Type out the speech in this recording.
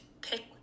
pick